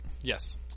yes